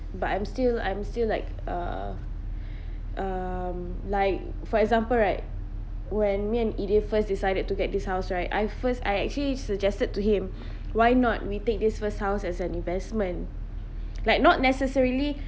but I'm still I'm still like uh um like for example right when me and eday first decided to get this house right I first I actually suggested to him why not we take this first house as an investment like not necessarily